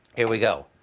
here we go.